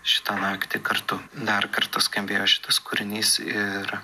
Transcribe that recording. šitą naktį kartu dar kartą skambėjo šitas kūrinys ir